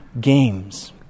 games